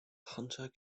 hunter